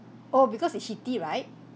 oh because it's heaty right